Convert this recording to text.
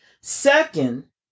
Second